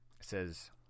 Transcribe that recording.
says